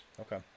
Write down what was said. Okay